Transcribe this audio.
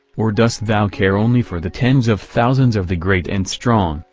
or dost thou care only for the tens of thousands of the great and strong,